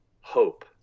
hope